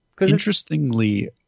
Interestingly –